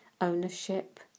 ownership